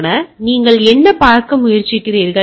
எனவே நீங்கள் என்ன பார்க்க முயற்சிக்கிறீர்கள்